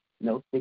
No